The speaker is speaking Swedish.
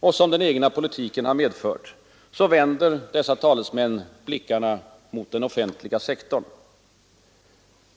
och som den egna politiken har medfört vänder dessa talesmän blickarna mot den offentliga sektorn.